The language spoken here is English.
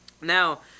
Now